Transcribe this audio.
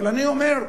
אבל אני אומר: